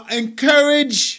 encourage